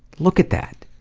look at that.